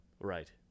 Right